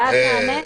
ואז נענה.